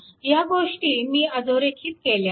ह्या गोष्टी मी अधोरेखित केल्या आहेत